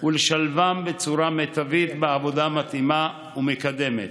ולשלבם בצורה מיטבית בעבודה מתאימה ומקדמת.